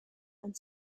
and